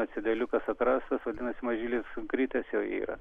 tas cedeliukas atrastas vadinasi mažylis kritęs jau yra